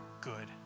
good